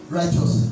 righteous